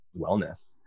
wellness